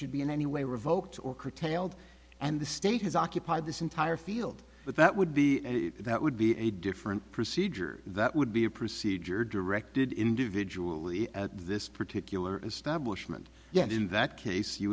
should be in any way revoked or curtailed and the state has occupied this entire field but that would be that would be a different procedure that would be a procedure directed individually at this particular establishment yet in that case you